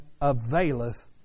availeth